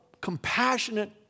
compassionate